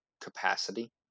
capacity